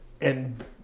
And-